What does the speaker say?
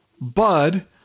Bud